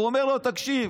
הוא אומר לו: תקשיב,